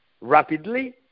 rapidly